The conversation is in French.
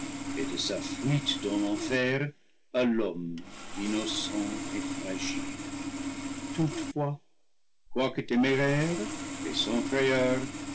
et de sa fuite dans l'enfer à l'homme innocent et fragile toutefois quoique téméraire et sans